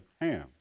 ham